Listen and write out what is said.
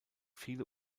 viele